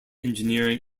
engineering